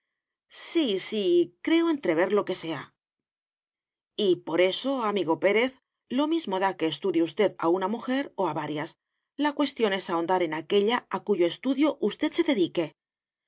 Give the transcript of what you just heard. sí sí creo entrever lo que sea y por eso amigo pérez lo mismo da que estudie usted a una mujer o a varias la cuestión es ahondar en aquella a cuyo estudio usted se dedique